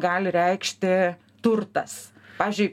gali reikšti turtas pavyzdžiui